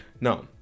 now